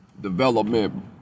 development